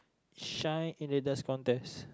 shine in the Dance Contest